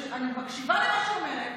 אני מקשיבה למה שהיא אומרת,